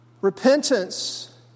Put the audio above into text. repentance